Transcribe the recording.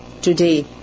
Today